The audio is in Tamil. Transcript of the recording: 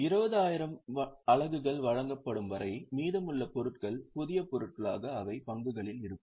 20000 அலகுகள் வழங்கப்படும் வரை மீதமுள்ள பொருட்கள் புதிய பொருட்களாக அவை பங்குகளில் இருக்கும்